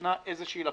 ישנה איזושהי לקונה,